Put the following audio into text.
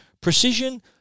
Precision